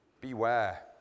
Beware